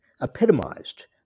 epitomized